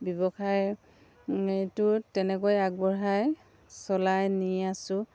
ব্যৱসায় এইটো তেনেকৈ আগবঢ়াই চলাই নি আছোঁ